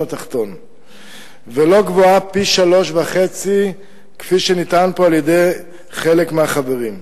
העליון ולא גבוהה פי-3.5 כפי שנטען פה על-ידי חלק מהחברים.